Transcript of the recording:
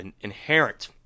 inherent